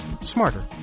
smarter